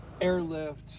airlift